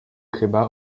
chyba